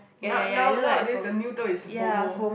now now nowadays the new term is Fomo